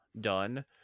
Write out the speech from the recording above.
done